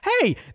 hey